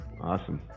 Awesome